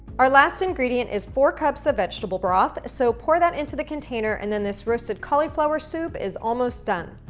our last ingredient is four cups of vegetable broth, so pour that into the container and then this roasted cauliflower soup is almost done.